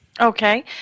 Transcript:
Okay